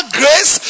grace